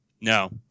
No